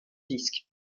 disques